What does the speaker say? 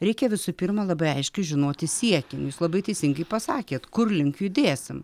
reikia visų pirma labai aiškiai žinoti siekinius jūs labai teisingai pasakėt kur link judėsim